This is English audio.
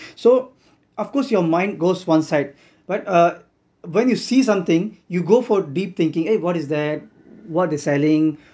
so of course your mind goes one side but uh when you see something you go for deep thinking eh what is that what they selling